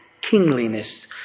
kingliness